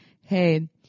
hey